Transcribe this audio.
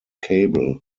cable